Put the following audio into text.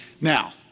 Now